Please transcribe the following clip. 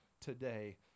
today